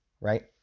right